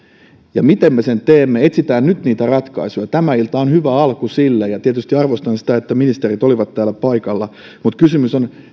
ja miten me sen teemme etsitään nyt niitä ratkaisuja tämä ilta on hyvä alku sille tietysti arvostan sitä että ministerit olivat täällä paikalla mutta kysymys on